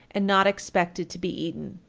and not expected to be eaten.